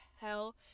hell